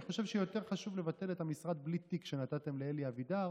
אני חושב שיותר חשוב לבטל את המשרד בלי תיק שנתתם לאלי אבידר,